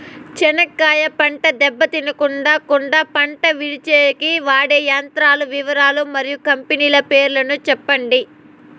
చెనక్కాయ పంట దెబ్బ తినకుండా కుండా పంట విడిపించేకి వాడే యంత్రాల వివరాలు మరియు కంపెనీల పేర్లు చెప్పండి?